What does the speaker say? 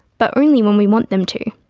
but only when we want them to.